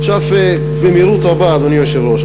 עכשיו במהירות רבה, אדוני היושב-ראש.